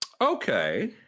Okay